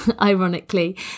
ironically